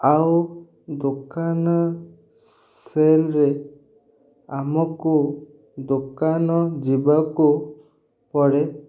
ଆଉ ଦୋକାନ ସେଲ୍ରେ ଆମକୁ ଦୋକାନ ଯିବାକୁ ପଡ଼େ